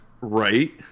Right